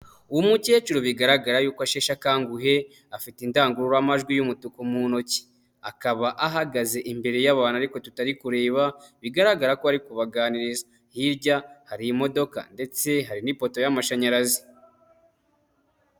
Umukecuru bigaragara yuko ashesha akanguhe afite indangururamajwi y'umutuku mu ntoki, akaba ahagaze imbere y'abantu ariko tutari kureba bigaragara ko ari kubaganiriza, hirya hari imodoka ndetse hari n'ipoto y'amashanyarazi.